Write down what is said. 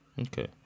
Okay